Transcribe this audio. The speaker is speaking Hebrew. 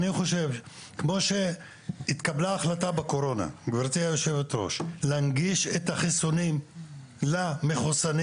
אני חושב שכמו שהתקבלה החלטה בקורונה להנגיש את החיסונים למחוסנים,